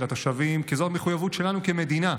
כי זאת מחויבות שלנו כמדינה,